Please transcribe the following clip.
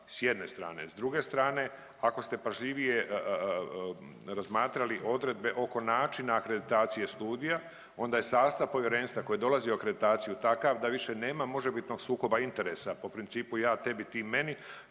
s jedne strane. S druge strane, ako ste pažljivije razmatrali odredbe oko načina akreditacije studija onda je sastav povjerenstva koji je donosio akreditaciju takav da više nema možebitnog sukoba interesa po principu „ja tebi, ti meni“